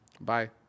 Bye